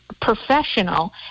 professional